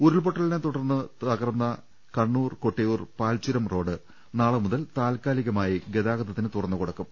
ഉരുൾപൊട്ടലിനെത്തുടർന്ന് തകർന്ന കണ്ണൂർ കൊട്ടിയൂർ പാൽചുരം റോഡ് നാളെ മുതൽ താൽക്കാലികമായി ഗതാഗ തത്തിന് തുറന്നുകൊടുക്കും